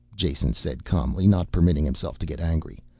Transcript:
jason said calmly, not permitting himself to get angry.